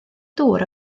dŵr